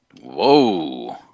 Whoa